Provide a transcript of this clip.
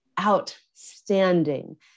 Outstanding